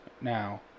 Now